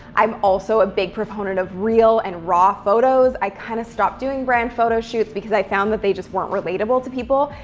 i'm also a big proponent of real and raw photos. i kind of stopped doing brand photo shoots because i found that they just weren't relatable to people,